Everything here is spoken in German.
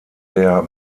der